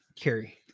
Carrie